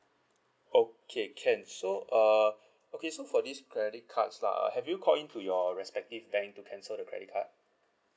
okay can so uh okay so for this credit cards lah have you called in to your respective bank to cancel the credit card